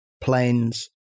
planes